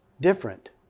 different